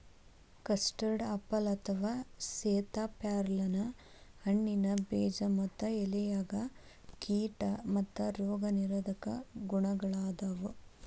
custard apple ಅಥವಾ ಸೇತಾಪ್ಯಾರಲ ಹಣ್ಣಿನ ಬೇಜ ಮತ್ತ ಎಲೆಯಾಗ ಕೇಟಾ ಮತ್ತ ರೋಗ ನಿರೋಧಕ ಗುಣಗಳಾದಾವು